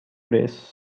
days